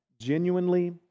genuinely